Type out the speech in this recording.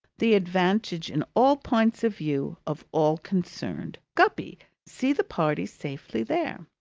the advantage in all points of view, of all concerned! guppy, see the party safely there.